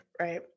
right